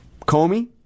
Comey